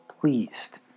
pleased